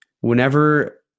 whenever